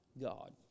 God